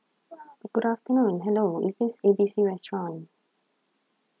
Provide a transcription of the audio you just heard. good afternoon hello is this A B C restaurant